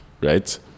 right